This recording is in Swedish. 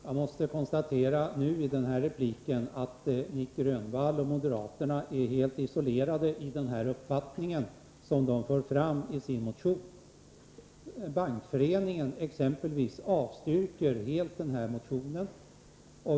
Herr talman! Jag måste i denna replik konstatera att Nic Grönvall och moderaterna står helt isolerade bakom den uppfattning som de för fram i sin motion. Bl. a. avstyrker exempelvis Bankföreningen helt denna motion.